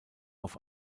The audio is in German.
auf